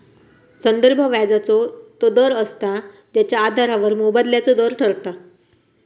संदर्भ व्याजाचो तो दर असता जेच्या आधारावर मोबदल्याचो दर ठरता